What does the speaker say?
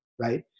right